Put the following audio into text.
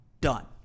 done